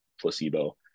placebo